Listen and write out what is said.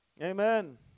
Amen